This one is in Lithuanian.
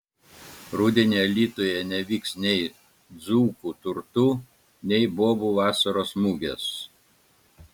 rudenį alytuje nevyks nei dzūkų turtų nei bobų vasaros mugės